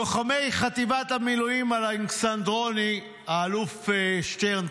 לוחמי חטיבת המילואים אלכסנדרוני" האלוף שטרן,